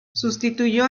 sustituyó